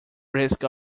risk